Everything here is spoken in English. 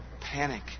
Panic